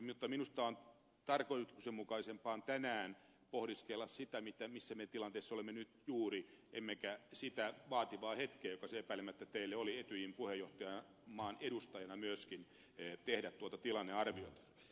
mutta minusta on tarkoituksenmukaisempaa tänään pohdiskella sitä missä tilanteessa me olemme nyt juuri kuin pohdiskella sitä vaativaa hetkeä mitä se epäilemättä teille oli etyjin puheenjohtajamaan edustajana tehdä tuota tilannearviota